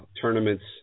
tournaments